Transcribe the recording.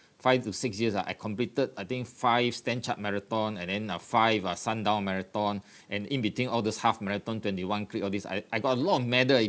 five to six years ah I completed I think five stanchart marathon and then ah five ah sundown marathon and in between all those half marathon twenty one click all these I I got a lot of medal